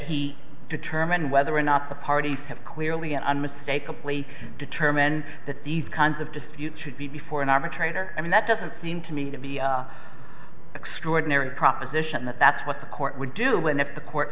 he determine whether or not the parties have clearly unmistakably determined that these kinds of disputes should be before an arbitrator i mean that doesn't seem to me to be an extraordinary proposition that that's what the court would do and if the court